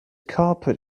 carpet